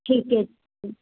ਠੀਕ ਹੈ